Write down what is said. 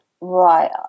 right